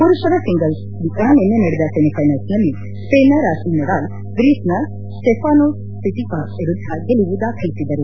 ಪುರುಷರ ಸಿಂಗಲ್ಸ್ನ ನಿನ್ನೆ ನಡೆದ ಸೆಮಿಫೈನಲ್ನಲ್ಲಿ ಸ್ಪೇನ್ನ ರಾಫೆಲ್ ನಡಾಲ್ ಗ್ರೀಸ್ನ ಸ್ಟೆಫಾನೋಸ್ ಸಿಟ್ಬಿಪಾಸ್ ವಿರುದ್ದ ಗೆಲುವು ದಾಖಲಿಸಿದರು